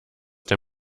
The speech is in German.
der